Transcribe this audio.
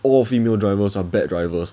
all female drivers are bad drivers